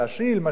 משאילים.